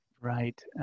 Right